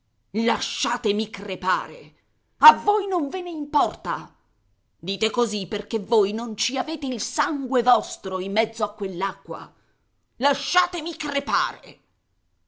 lasciatemi crepare a voi non ve ne importa dite così perché voi non ci avete il sangue vostro in mezzo a quell'acqua lasciatemi crepare